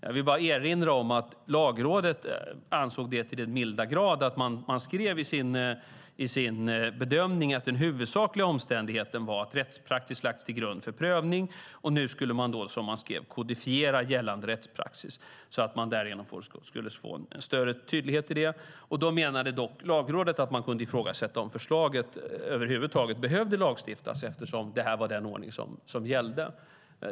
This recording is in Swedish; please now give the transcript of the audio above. Jag vill bara erinra om att Lagrådet ansåg detta så till den milda grad att man skrev i sin bedömning att den huvudsakliga omständigheten var att rättspraxis lagts till grund för prövning, och nu skulle man, som man skrev, kodifiera gällande rättspraxis så att man därigenom skulle få en större tydlighet. Då menade dock Lagrådet att man kunde ifrågasätta om förslaget över huvud taget behövde lagstiftas eftersom det här var den ordning som gällde.